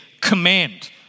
command